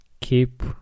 keep